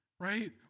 Right